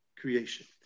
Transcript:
creation